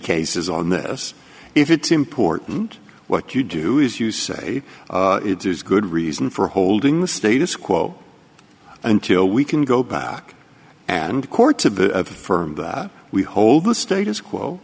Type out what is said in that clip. cases on this if it's important what you do is you say there's good reason for holding the status quo until we can go back and court to firm that we hold the status quo